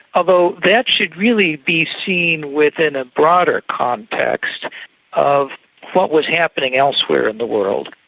although that should really be seen within a broader context of what was happening elsewhere in the world,